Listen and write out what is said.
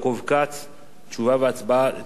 תשובה והצבעה יהיו גם הן במועד אחר.